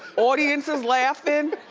audience is laughin'.